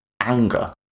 anger